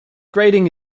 grading